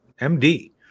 MD